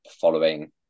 following